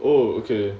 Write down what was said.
oh okay